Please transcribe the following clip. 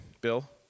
Bill